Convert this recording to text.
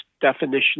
definition